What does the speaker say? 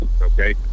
okay